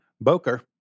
Boker